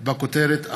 בכותרת